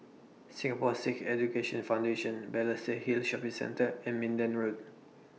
Singapore Sikh Education Foundation Balestier Hill Shopping Centre and Minden Road